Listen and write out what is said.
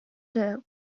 duer